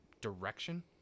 direction